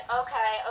okay